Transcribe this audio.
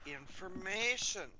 information